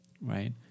Right